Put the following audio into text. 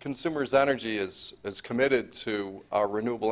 consumers energy is as committed to a renewa